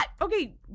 Okay